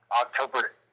October